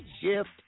shift